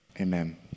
Amen